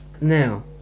Now